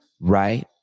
right